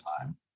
time